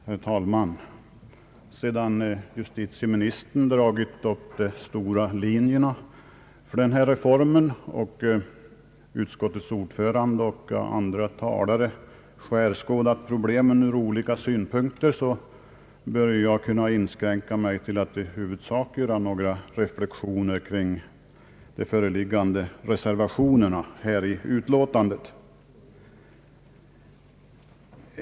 Herr talman! Sedan justitieministern dragit upp de stora linjerna för denna reform och utskottets ordförande och andra talare skärskådat problemen ur olika synpunkter, bör jag kunna inskränka mig till att i huvudsak göra några reflexioner kring de föreliggande reservationerna i utlåtandet.